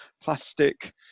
plastic